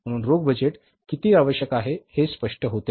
म्हणून रोख बजेट किती आवश्यक आहे हे स्पष्ट होते